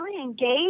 engaged